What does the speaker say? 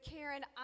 Karen